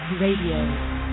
Radio